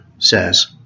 Says